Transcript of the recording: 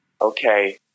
Okay